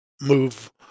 move